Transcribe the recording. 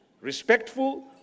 respectful